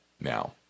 now